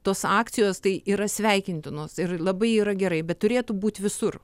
tos akcijos tai yra sveikintinos ir labai yra gerai bet turėtų būt visur